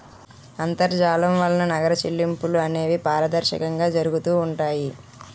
అంతర్జాలం వలన నగర చెల్లింపులు అనేవి పారదర్శకంగా జరుగుతూ ఉంటాయి